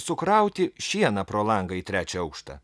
sukrauti šieną pro langą į trečią aukštą